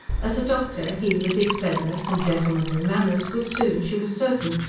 as a doctor, he with his cleverness and gentlemanly manners would soon, she was certain,